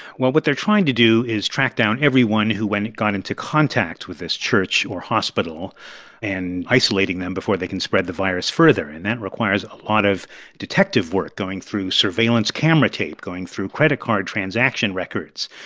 well, what they're trying to do is track down everyone who went got into contact with this church or hospital and isolating them before they can spread the virus further. and that requires a lot of detective work, going through surveillance camera tape, going through credit card transaction records.